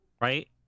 right